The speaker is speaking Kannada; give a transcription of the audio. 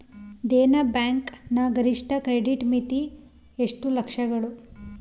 ದೇನಾ ಬ್ಯಾಂಕ್ ನ ಗರಿಷ್ಠ ಕ್ರೆಡಿಟ್ ಮಿತಿ ಎಷ್ಟು ಲಕ್ಷಗಳು?